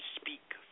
speak